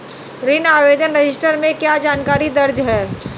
ऋण आवेदन रजिस्टर में क्या जानकारी दर्ज है?